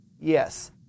yes